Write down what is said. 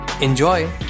Enjoy